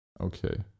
Okay